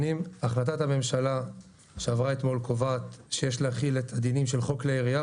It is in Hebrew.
החלטת הממשלה שעברה אתמול קובעת שיש להחיל את הדינים של חוק כלי ירייה.